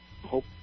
hope